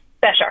better